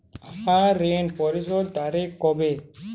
আমার ঋণ পরিশোধের তারিখ কবে?